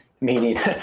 meaning